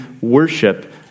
worship